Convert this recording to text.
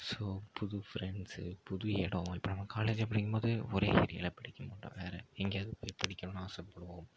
so புது friends புது இடம் இப்போ நம்ம காலேஜ் அப்படிங்கும்போது ஒரே ஏரியாவில படிக்க மாட்டோம் வேறு எங்கேயாவது போய் படிக்கணுன்னு ஆசைப்படுவோம்